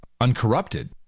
uncorrupted